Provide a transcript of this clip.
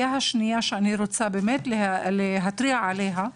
הגורם השני קשור לסוגייה שאני רוצה להתריע בנוגע אליה,